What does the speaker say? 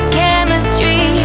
chemistry